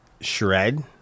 shred